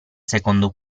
secondo